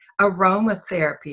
Aromatherapy